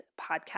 podcast